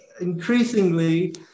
increasingly